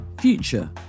Future